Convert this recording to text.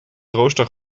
rooster